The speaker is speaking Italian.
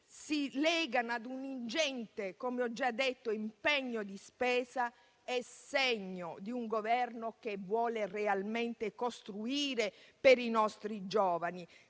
si legano a un ingente impegno di spesa è segno di un Governo che vuole realmente costruire per i nostri giovani